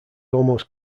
almost